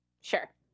sure